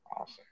Awesome